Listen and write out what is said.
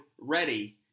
READY